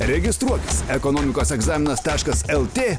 registruotis ekonomikos egzaminas taškas el tė